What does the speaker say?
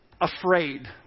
afraid